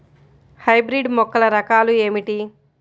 Hybrid మొక్కల రకాలు ఏమిటి?